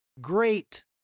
great